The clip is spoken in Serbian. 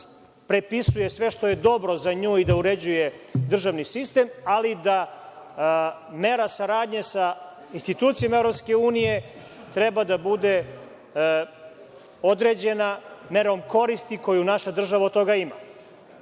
prepisuje sve što je dobro za nju i da uređuje državni sistem, ali da mera saradnja sa institucijama EU treba da bude određena merom koristi koju naša država od toga ima. Mi